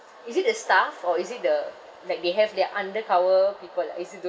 is it the staff or is it the like they have their undercover people ah is it